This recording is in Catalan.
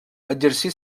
exercí